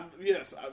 Yes